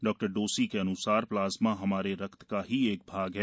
डॉ डोसी के अन्सार प्लाज्मा हमारे रक्त का ही एक भाग है